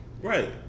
right